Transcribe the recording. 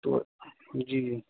تو جی